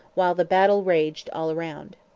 while the battle raged all round.